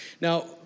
Now